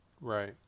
Right